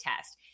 test